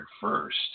first